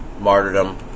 martyrdom